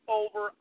over